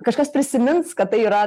kažkas prisimins kad tai yra